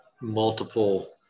multiple